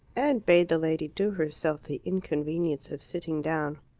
and bade the lady do herself the inconvenience of sitting down.